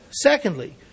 Secondly